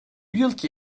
yılki